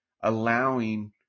Allowing